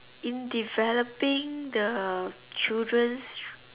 in developing the children